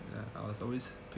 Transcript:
I was always